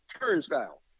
turnstile